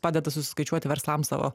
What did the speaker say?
padeda suskaičiuoti verslams savo